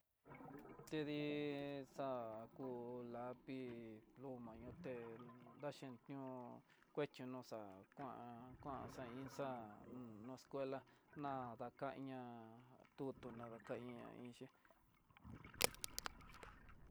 Tedi xaku lá ku lapi goma ño té daxhi ño'o kuechon xa kuan kuan xa hí xa'á hun no escuela na dakañá, tutu na dakaña inxhé.